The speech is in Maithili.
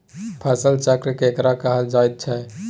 फसल चक्र केकरा कहल जायत छै?